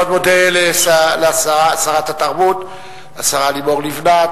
אני מודה לשרת התרבות, השרה לימור לבנת.